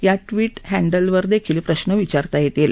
या ट्विट इॅडलवर दखील प्रश्न विचारता यसील